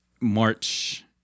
March